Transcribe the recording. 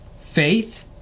Faith